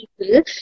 people